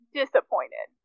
disappointed